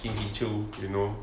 kim hee chui you know